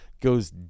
goes